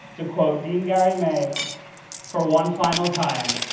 to quote dean gary may for one final time,